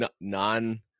non